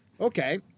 Okay